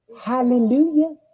Hallelujah